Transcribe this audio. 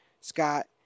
Scott